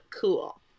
cool